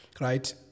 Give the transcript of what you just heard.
right